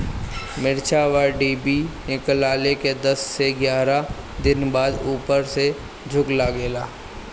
मिरचा क डिभी निकलले के दस से एग्यारह दिन बाद उपर से झुके लागेला?